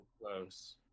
close